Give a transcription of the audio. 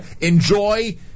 Enjoy